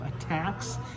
attacks